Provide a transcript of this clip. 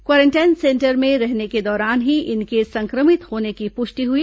quarantine centre में रहने के दौरान ही इनके संक्रमित होने की पुष्टि हुई